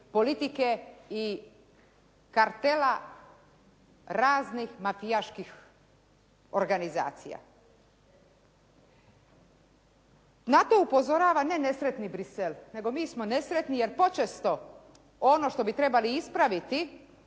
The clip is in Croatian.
politike i kartela raznih mafijaških organizacija. Na to upozorava ne nesretni Bruxelles nego mi smo nesretni jer počesto ono što bi trebali ispraviti